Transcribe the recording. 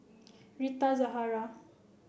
Rita Zahara